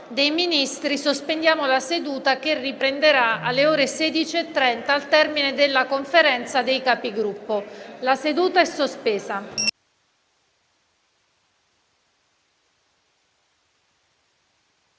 dei ministri. Sospendo la seduta, che riprenderà alle ore 16,30 al termine della Conferenza dei Capigruppo. La seduta è sospesa.